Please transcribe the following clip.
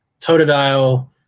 Totodile